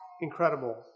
incredible